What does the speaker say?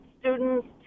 students